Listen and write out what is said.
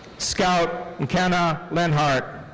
scout mckenna lenhart.